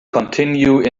continue